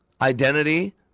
Identity